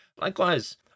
Likewise